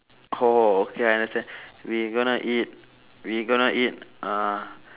orh okay I understand we gonna eat we gonna eat uh